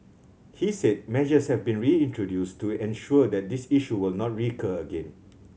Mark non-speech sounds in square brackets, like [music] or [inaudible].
he said measures have been [unintelligible] introduced to ensure that this issue will not recur again